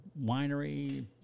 winery